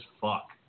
Fuck